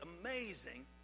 amazing